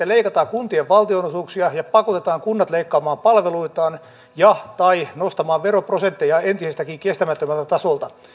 leikataan kuntien valtionosuuksia ja pakotetaan kunnat leikkaamaan palveluitaan ja tai nostamaan veroprosenttejaan entisestäänkin kestämättömältä tasolta